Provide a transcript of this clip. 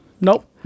nope